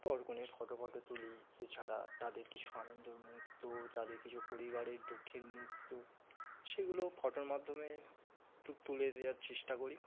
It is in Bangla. বর কনের ফটো ফটো তুলি এছাড়া তাদের কিছু আনন্দের মুহূর্ত তাদের কিছু পরিবারের দুঃখের মুহূর্ত সেগুলো ফটোর মাধ্যমে তুলে দেওয়ার চেষ্টা করি